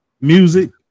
Music